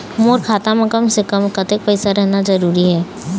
मोर खाता मे कम से से कम कतेक पैसा रहना जरूरी हे?